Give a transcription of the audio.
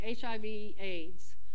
HIV/AIDS